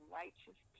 righteous